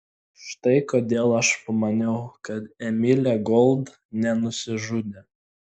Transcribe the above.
štai kodėl aš pamaniau kad emilė gold nenusižudė